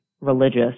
religious